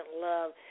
love